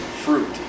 fruit